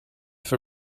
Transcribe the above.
for